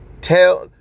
Tell